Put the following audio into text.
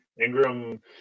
Ingram